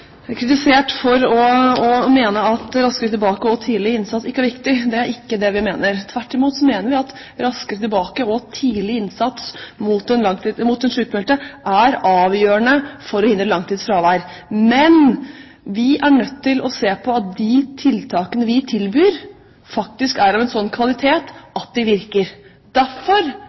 kritisert for å mene at Raskere tilbake og tidlig innsats ikke er viktig. Det er ikke det vi mener, tvert imot mener vi at Raskere tilbake og tidlig innsats mot den sykmeldte er avgjørende for å hindre langtidsfravær. Men vi er nødt til å se på om de tiltakene vi tilbyr, faktisk er av en slik kvalitet at de virker. Derfor